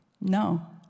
No